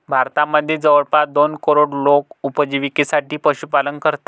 भारतामध्ये जवळपास दोन करोड लोक उपजिविकेसाठी पशुपालन करतात